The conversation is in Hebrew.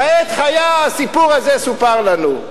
כעת חיה הסיפור הזה סופר לנו.